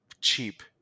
cheap